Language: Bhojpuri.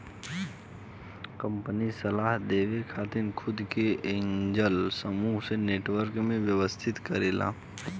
कंपनी सलाह देवे खातिर खुद के एंजेल समूह के नेटवर्क में व्यवस्थित करेला